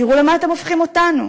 תראו למה אתם הופכים אותנו,